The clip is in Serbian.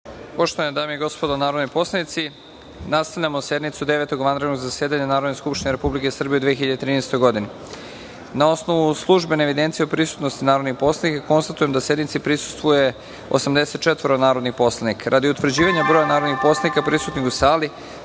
Poštovane dame i gospodo narodni poslanici, nastavljamo sednicu Devetog vanrednog zasedanja Narodne skupštine Republike Srbije u 2013. godini. Na osnovu službene evidencije o prisutnosti narodnih poslanika, konstatujem da sednici prisustvuju 84 narodna poslanika. Radi utvrđivanja broja narodnih poslanika prisutnih u sali,